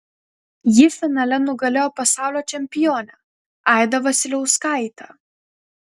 ji finale nugalėjo pasaulio čempionę aidą vasiliauskaitę